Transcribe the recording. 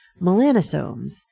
melanosomes